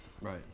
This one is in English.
Right